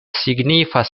signifas